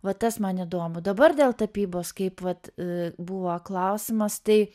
va tas man įdomu dabar dėl tapybos kaip vat buvo klausimas tai